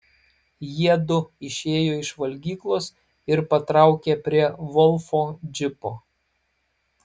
jiedu išėjo iš valgyklos ir patraukė prie volfo džipo